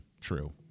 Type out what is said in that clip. true